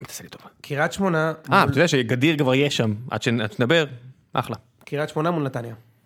תעשה לי טובה, קרית שמונה. אה אתה יודע שגדיר כבר יש שם עד שנדבר אחלה קרית שמונה מול נתניה.